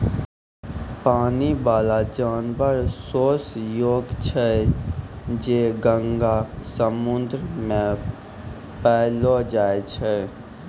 पानी बाला जानवर सोस होय छै जे गंगा, समुन्द्र मे पैलो जाय छै